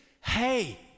hey